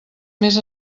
més